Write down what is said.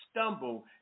stumble